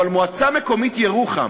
אבל במועצה מקומית ירוחם